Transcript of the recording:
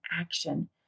action